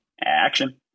Action